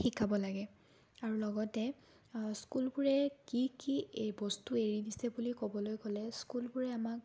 শিকাব লাগে আৰু লগতে স্কুলবোৰে কি কি এই বস্তু এৰি দিছে বুলি ক'বলৈ গ'লে স্কুলবোৰে আমাক